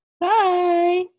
Bye